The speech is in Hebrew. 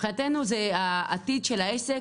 מבחינתנו זה העתיד של העסק,